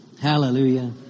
Hallelujah